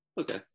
Okay